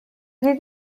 doedd